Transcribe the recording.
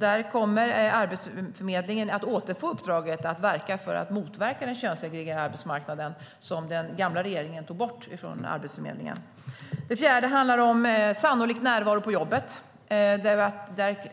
Där kommer Arbetsförmedlingen att återfå det uppdrag att verka för att motverka den könssegregerade arbetsmarknaden som den gamla regeringen tog bort från Arbetsförmedlingen. Den fjärde handlar om sannolik närvaro på jobbet.